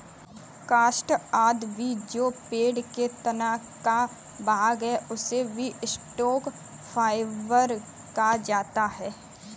काष्ठ आदि भी जो पेड़ के तना का भाग है, उसे भी स्टॉक फाइवर कहा जाता है